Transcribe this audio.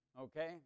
Okay